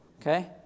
Okay